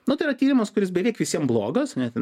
nu tai yra tyrimas kuris beveik visiem blogas ne ten